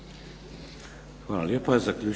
Hvala lijepa.